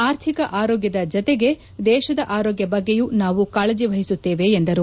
ಆರ್ಥಿಕ ಆರೋಗ್ದದ ಜತೆಗೆ ದೇಶದ ಆರೋಗ್ದ ಬಗ್ಗೆಯೂ ನಾವು ಕಾಳಜಿ ವಹಿಸುತ್ತೇವೆ ಎಂದರು